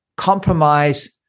compromise